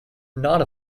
not